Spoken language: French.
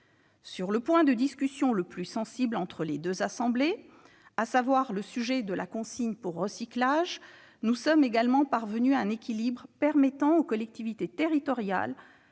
Sur le sujet de discussion le plus sensible entre les deux assemblées, à savoir la consigne pour recyclage, nous sommes également parvenus à un équilibre qui permettra aux collectivités territoriales